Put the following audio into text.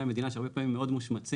המדינה שהרבה פעמים הם מאוד מושמצים,